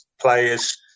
players